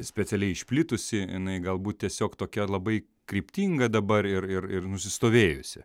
specialiai išplitusi jinai galbūt tiesiog tokia labai kryptinga dabar ir ir ir nusistovėjusi